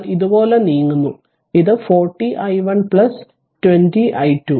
നമ്മൾ ഇതുപോലെ നീങ്ങുന്നു ഇത് 40 i1 20 i2 VThevenin 0